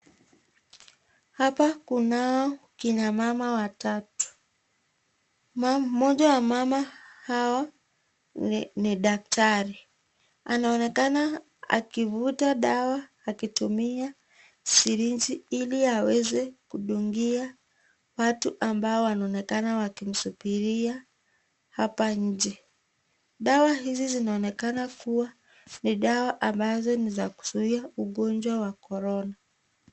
Hapa kunao kina mama watatu , mmoja wamama hawa ni daktari , anaonekana akivuta dawa akitumia siringi ili aweze kudungia watu ambao wanaonekana wakimsubiria hapa nje. Dawa hizi zinaonekana kuwa ni dawa ambazo ni za kuzuia ugonjwa wa korona.